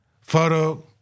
Photo